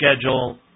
schedule